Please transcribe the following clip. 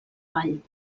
vall